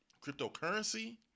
Cryptocurrency